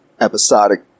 episodic